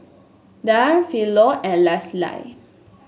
Darl Philo and Leslie